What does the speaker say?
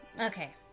Okay